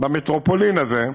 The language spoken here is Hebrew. במטרופולין הזאת,